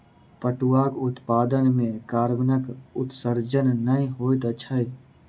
पटुआक उत्पादन मे कार्बनक उत्सर्जन नै होइत छै